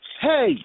hey